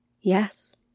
Yes